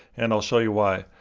and i'll show you why.